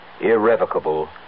irrevocable